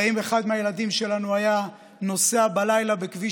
הרי אם אחד מהילדים שלנו היה נוסע בלילה בכביש